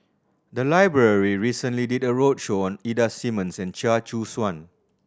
the library recently did a roadshow on Ida Simmons and Chia Choo Suan